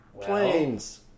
Planes